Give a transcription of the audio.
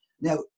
Now